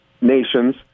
nations